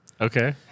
Okay